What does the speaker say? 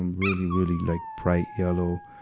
and really, really like bright yellow.